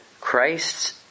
Christ's